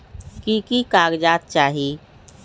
की की कागज़ात चाही?